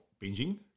binging